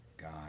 God